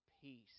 peace